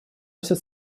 носит